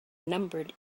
numbered